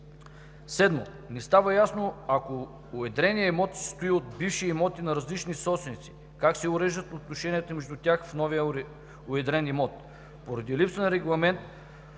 7. Не става ясно, ако уедреният имот се състои от бивши имоти на различни собственици, как се уреждат отношенията между тях в новия уедрен имот. Поради липса на регламент